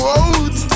out